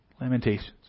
Lamentations